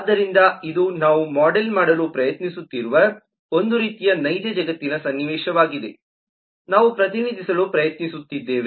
ಆದ್ದರಿಂದ ಇದು ನಾವು ಮೋಡೆಲ್ ಮಾಡಲು ಪ್ರಯತ್ನಿಸುತ್ತಿರುವ ಒಂದು ರೀತಿಯ ನೈಜ ಜಗತ್ತಿನ ಸನ್ನಿವೇಶವಾಗಿದೆ ನಾವು ಪ್ರತಿನಿಧಿಸಲು ಪ್ರಯತ್ನಿಸುತ್ತಿದ್ದೇವೆ